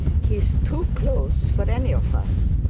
he is too close for any of us.